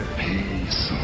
peace